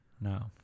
No